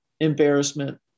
embarrassment